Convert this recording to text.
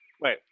Wait